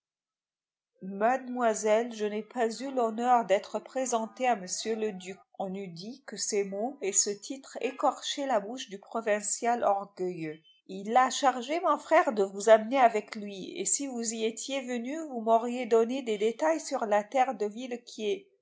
mademoiselle je n'ai pas eu l'honneur d'être présenté à m le duc on eût dit que ces mots et ce titre écorchaient la bouche du provincial orgueilleux il a chargé mon frère de vous amener avec lui et si vous y étiez venu vous m'auriez donné des détails sur la terre de villequier